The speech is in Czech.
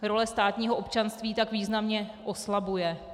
Role státního občanství tak významně oslabuje.